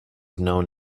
known